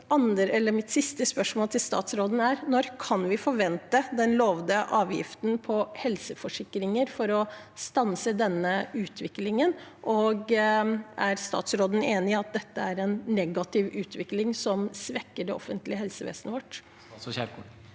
Mine siste spørsmål til statsråden er: Når kan vi forvente den lovede avgiften på helseforsikringer for å stanse denne utviklingen? Er statsråden enig i at dette er en negativ utvikling som svekker det offentlige helsevesenet vårt?